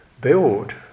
build